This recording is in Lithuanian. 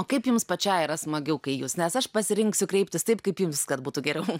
o kaip jums pačiai yra smagiau kai į jus nes aš pasirinksiu kreiptis taip kaip jums kad būtų geriau